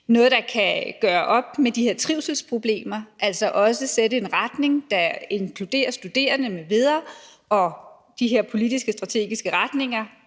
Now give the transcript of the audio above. noget, der kan gøre op med de her trivselsproblemer, altså også sætte en retning, der inkluderer studerende m.v., og de her politiske strategiske retninger,